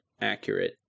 accurate